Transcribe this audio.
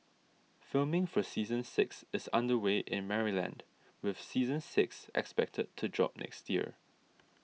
filming for season six is under way in Maryland with season six expected to drop next year